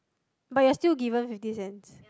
but you're still given fifty cents